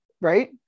Right